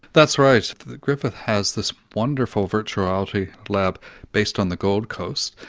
that's right. griffith has this wonderful virtual reality lab based on the gold coast,